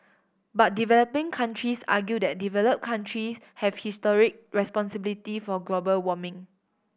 but developing countries argue that developed countries have historic responsibility for global warming